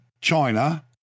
China